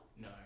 no